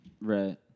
Right